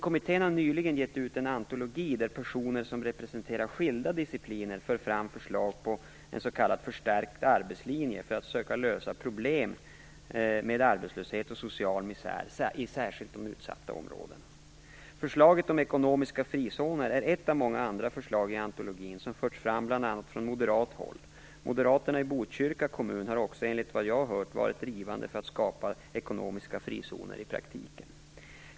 Kommittén har nyligen gett ut en antologi där personer som representerar skilda discipliner för fram förslag på en s.k. förstärkt arbetslinje för att söka lösa problem med arbetslöshet och social misär i särskilt utsatta områden. Förslaget om ekonomiska frizoner är ett av många andra förslag i antologin som har förts fram från bl.a. moderat håll. Moderaterna i Botkyrka kommun har också, enligt vad jag har hört, varit drivande för att skapa ekonomiska frizoner i praktiken.